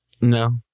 No